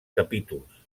capítols